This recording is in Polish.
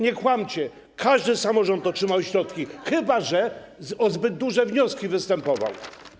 Nie kłamcie, każdy samorząd otrzymał środki, chyba że o zbyt duże środki występował.